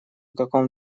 каком